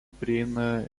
prieina